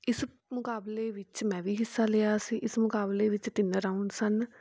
ਇਸ ਮੁਕਾਬਲੇ ਵਿੱਚ ਮੈਂ ਵੀ ਹਿੱਸਾ ਲਿਆ ਸੀ ਇਸ ਮੁਕਾਬਲੇ ਵਿੱਚ ਤਿੰਨ ਰਾਊਂਡ ਸਨ